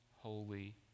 holy